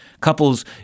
Couples